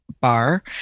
bar